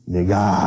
Nigga